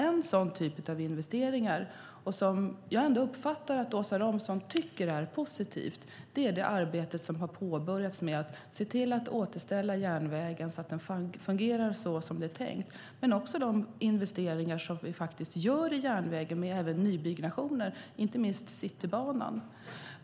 En sådan typ av investering, som jag ändå uppfattar att Åsa Romson tycker är positiv, är det arbete som har påbörjats med att se till att återställa järnvägen så att den fungerar såsom det är tänkt. Det handlar också om de investeringar som vi gör i järnvägen i form av nybyggnationer, inte minst Citybanan.